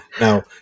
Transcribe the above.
Now